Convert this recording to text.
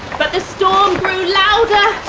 but the storm grew louder